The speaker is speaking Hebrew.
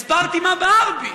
הסברתי מה בער בי.